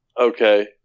Okay